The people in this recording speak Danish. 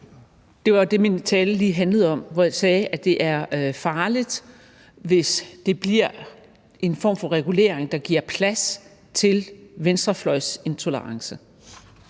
Det var jo det, min tale lige handlede om, da jeg sagde, at det er farligt, hvis det bliver en form for regulering, der giver plads til venstrefløjsintolerance.